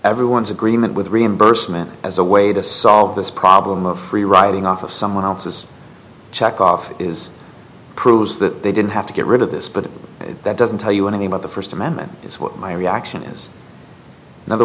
everyone's agreement with reimbursement as a way to solve this problem of free riding off of someone else's check off is proves that they didn't have to get rid of this but that doesn't tell you anything about the first amendment is what my reaction is in other